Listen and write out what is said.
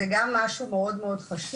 אז זה גם משהו מאוד מאוד חשוב,